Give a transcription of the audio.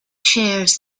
shares